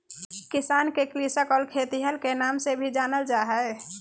किसान के कृषक और खेतिहर के नाम से भी जानल जा हइ